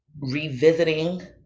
revisiting